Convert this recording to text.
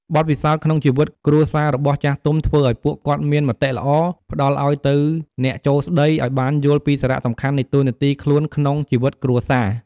បទពិសោធន៍ក្នុងជីវិតគ្រួសាររបស់ចាស់ទុំ ធ្វើឲ្យពួកគាត់មានមតិល្អ ផ្តល់ឲ្យទៅអ្នកចូលស្តី ឲ្យបានយល់ពីសារៈសំខាន់នៃតួនាទីខ្លួនក្នុងជីវិតគ្រួសារ។